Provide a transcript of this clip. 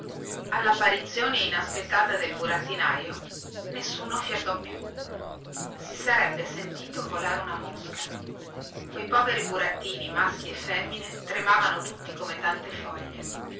allapparizione inaspettata del burattinaio ammutolirono tutti nessuno fiatò più si sarebbe sentito volare una mosca quei poveri burattini maschi e femmine tremavano tutti come tante foglie